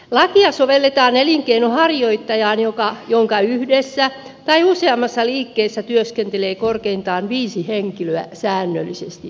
lakia sovelletaan elinkeinonharjoittajaan jonka yhdessä tai useammassa liikkeessä työskentelee korkeintaan viisi henkilöä säännöllisesti